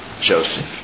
Joseph